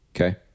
Okay